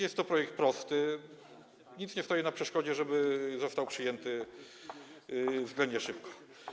Jest to projekt prosty, nic nie stoi na przeszkodzie, żeby został przyjęty względnie szybko.